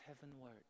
heavenward